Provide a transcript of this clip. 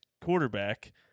quarterback